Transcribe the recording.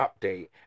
update